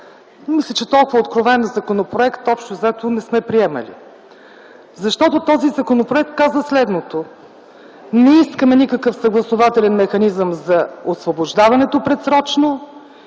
Мисля, че толкова откровен законопроект, общо взето, не сме приемали. Защото, този законопроект казва следното: не искаме никакъв съгласувателен механизъм за освобождаването предсрочно,